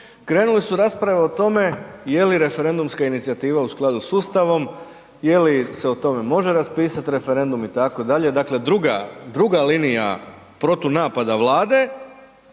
krenule su rasprave o tome je li referendumska inicijativa u skladu s Ustavom, je li se o tome može raspisati referendum itd., dakle druga linija protunapada Vlade